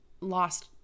lost